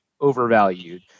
overvalued